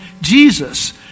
Jesus